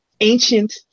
ancient